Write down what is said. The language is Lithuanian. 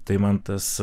tai man tas